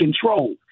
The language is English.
control